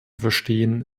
verstehen